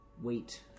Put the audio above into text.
wait